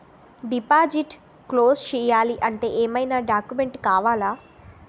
Deposit close చేయాలి అంటే ఏమైనా డాక్యుమెంట్స్ కావాలా?